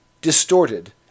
distorted